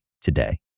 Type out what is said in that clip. today